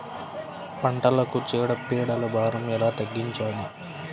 పంటలకు చీడ పీడల భారం ఎలా తగ్గించాలి?